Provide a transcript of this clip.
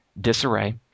disarray